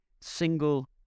single